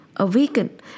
Awaken